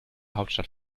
hauptstadt